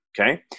okay